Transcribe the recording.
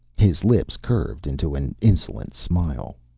his lips curved into an insolent smile.